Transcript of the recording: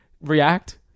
react